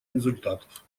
результатов